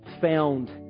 found